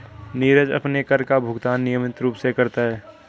नीरज अपने कर का भुगतान नियमित रूप से करता है